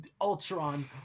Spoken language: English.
Ultron